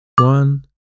One